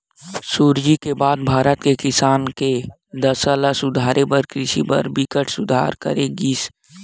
सुराजी के बाद भारत के किसान के दसा ल सुधारे बर कृषि म बिकट सुधार करे गिस